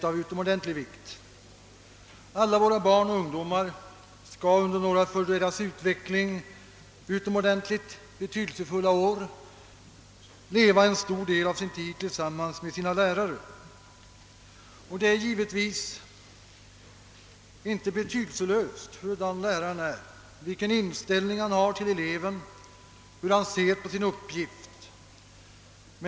Alla våra barn och ungdomar skall under några för deras utveckling utomordentligt betydelsefulla år leva en stor del av sin tid tillsammans med sina lärare, och det är givetvis inte betydelselöst, hurudan läraren är, vilken inställning han har till eleven, hur han ser på sin uppgift.